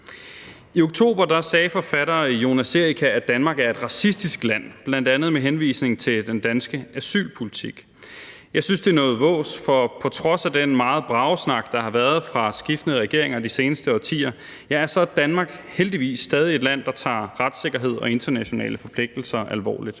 I oktober sagde forfatter Jonas Eika, at Danmark er et racistisk land, bl.a. med henvisning til den danske asylpolitik. Jeg synes, det er noget vås, for på trods af den megen bragesnak, der har været fra skiftende regeringers side de seneste årtier, så er Danmark – heldigvis – stadig et land, der tager retssikkerhed og internationale forpligtelser alvorligt;